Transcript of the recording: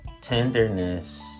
tenderness